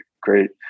great